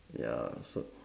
ya so